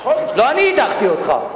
לא אני הדחתי אותך.